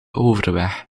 overweg